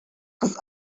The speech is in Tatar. кыз